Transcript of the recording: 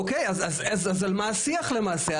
אוקיי, אז על מה השיח למעשה?